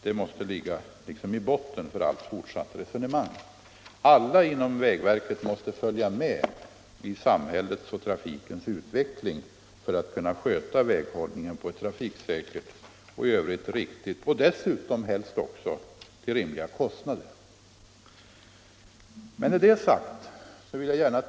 Det måste ligga i botten för allt fortsatt resonemang. Alla inom vägverket måste följa med i samhällets och trafikens utveckling för att kunna sköta väghållningen på ett trafiksäkert och i övrigt riktigt sätt. Dessutom måste vägverket ta hänsyn till vad som kan vara rimliga kostnader.